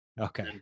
Okay